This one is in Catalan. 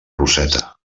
roseta